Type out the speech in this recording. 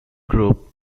group